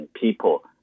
people